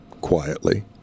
quietly